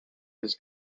his